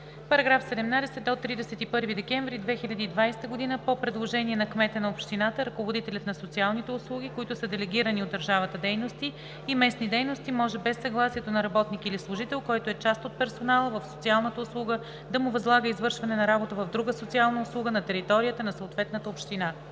§ 17: „§ 17. До 31 декември 2020 г. по предложение на кмета на общината ръководителят на социалните услуги, които са делегирани от държавата дейности и местни дейности, може без съгласието на работник или служител, който е част от персонала в социалната услуга, да му възлага извършване на работа в друга социална услуга на територията на съответната община.“